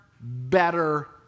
better